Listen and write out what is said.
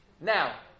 Now